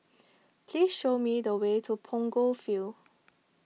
please show me the way to Punggol Field